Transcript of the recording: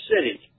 city